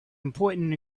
important